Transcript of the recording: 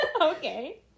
Okay